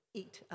eat